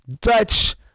dutch